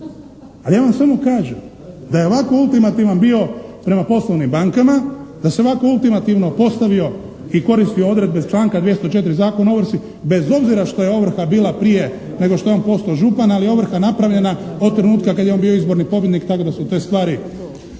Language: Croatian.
A ja vam samo kažem da je ovako ultimativan bio prema poslovnim bankama, da se ovako ultimativno postavio i koristio odredbe članka 204. Zakona o ovrsi, bez obzir što je ovrha bila prije nego što je on postao župan, ali ovrha je napravljena od trenutka kada je on bio izborni pobjednik tako da su te stvari